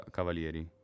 Cavalieri